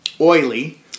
oily